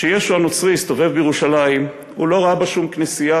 כשישו הנוצרי הסתובב בירושלים הוא לא ראה בה שום כנסייה,